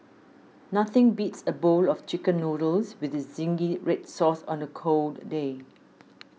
nothing beats a bowl of Chicken Noodles with Zingy Red Sauce on a cold day